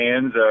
Hands